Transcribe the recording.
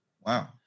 wow